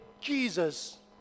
Jesus